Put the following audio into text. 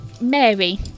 Mary